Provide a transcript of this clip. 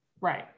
Right